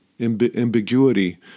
ambiguity